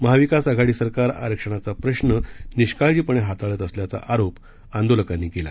महाविकास आघाडी सरकार आरक्षणाचा प्रश्न निष्काळजीपणे हाताळत असल्याचा आरोप आंदोलकांनी केला